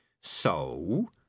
So